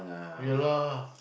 ya lah